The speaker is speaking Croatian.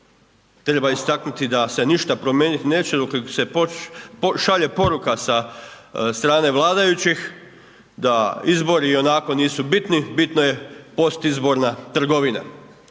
treba istaknuti da se ništa promijeniti neće dok se šalje poruka sa strane vladajućih da izbori ionako nisu bitni, bitno je postizborna trgovina.